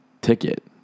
ticket